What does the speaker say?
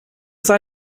sah